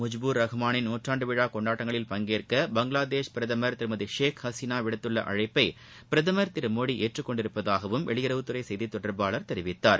முஜ்பூர் ரஹ்மாளின் நூற்றாண்டு விழா கொண்டாட்டங்களில் பங்கேற்க பங்களாதேஷ் பிரதமர் திருமதி ஷேக் ஹசீனா விடுத்துள்ள அழைப்பை பிரதமர் திரு மோடி ஏற்றுக்கொண்டுள்ளதாகவும் வெளியுறவுத்துறை செய்தித் தொடர்பாளர் தெரிவித்தார்